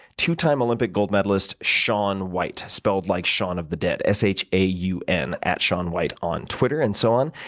two-time olympic gold medalist, shaun white. spelled like shaun of the dead, s h a u n, at shaunwhite on twitter and so on.